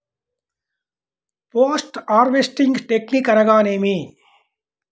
Post harvesting technique అనగా నేమి?